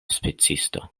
spicisto